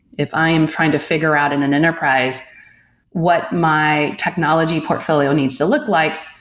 if i am trying to figure out in an enterprise what my technology portfolio needs to look like,